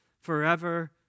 forever